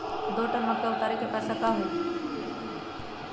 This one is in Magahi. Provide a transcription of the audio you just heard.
दो टन मक्का उतारे के पैसा का होई?